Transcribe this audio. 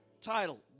title